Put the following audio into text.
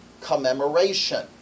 commemoration